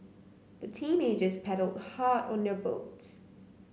the teenagers paddled hard on their boat